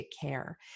care